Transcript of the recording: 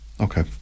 Okay